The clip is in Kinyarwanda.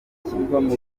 kwemeranya